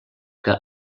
que